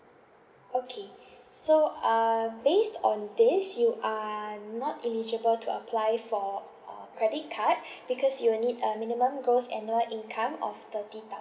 okay so uh based on this you are not eligible to apply for uh credit card because you'll need a minimum gross annual income of thirty thousand